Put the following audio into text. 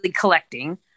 collecting